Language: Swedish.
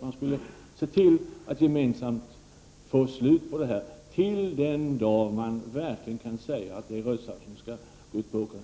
Man borde se till att gemensamt 53 få slut på spridningen till den dag man verkligen kan säga att det rötslam som skall ut på åkrarna